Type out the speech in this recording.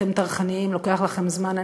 אתם טרחניים, לוקח לכם זמן.